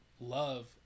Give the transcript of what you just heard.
love